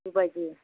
बेबायदि